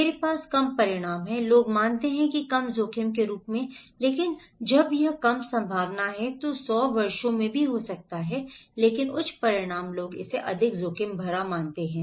मेरे पास कम परिणाम हैं लोग मानते हैं कि कम जोखिम के रूप में लेकिन जब यह कम संभावना है तो 100 वर्षों में हो सकता है लेकिन उच्च परिणाम लोग इसे अधिक जोखिम भरा मानते हैं